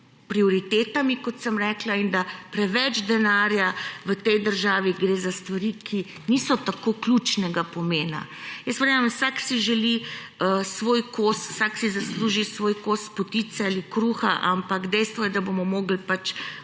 prioritetami, kot sem rekla, in da preveč denarja v tej državi gre za stvari, ki niso tako ključnega pomena. Jaz verjamem, vsak si želi svoj kos, vsak si zasluži svoj kos potice ali kruha, ampak dejstvo je, da bomo morali v